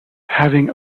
having